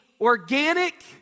organic